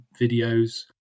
videos